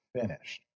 finished